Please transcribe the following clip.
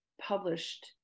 published